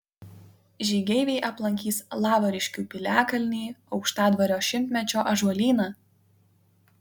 žygeiviai aplankys lavariškių piliakalnį aukštadvario šimtmečio ąžuolyną